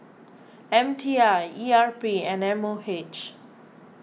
M T I E R P and M O H